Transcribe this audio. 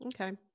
okay